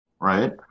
Right